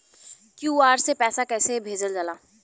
QR से पैसा कैसे भेजल जाला?